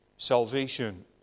Salvation